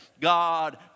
God